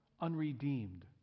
unredeemed